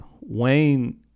wayne